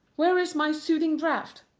where is my soothing draught?